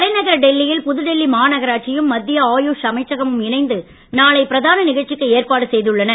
தலைநகர் டெல்லியில் புதுடில்லி மாநகராட்சியும் மத்திய ஆயுஷ் அமைச்சகமும் இணைந்து நாளை பிரதான நிகழ்ச்சிக்கு ஏற்பாடு செய்துள்ளன